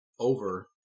over